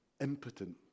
impotent